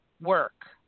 work